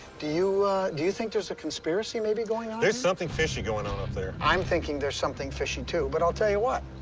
do you do you think there's a conspiracy maybe going on? there's something fishy going on up there. i'm thinking there's something fishy too, but i'll tell you what.